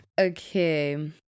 Okay